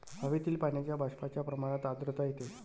हवेतील पाण्याच्या बाष्पाच्या प्रमाणात आर्द्रता येते